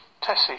Tessie